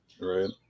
Right